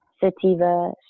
sativa